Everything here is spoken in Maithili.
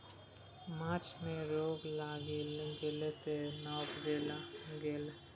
माछ मे रोग लागि गेलै तें ने उपला गेलै